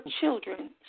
children